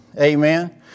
Amen